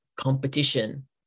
competition